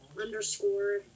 underscore